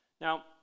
Now